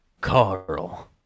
Carl